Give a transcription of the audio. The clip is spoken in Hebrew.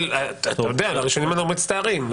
אבל על הראשונים אנחנו מצטערים,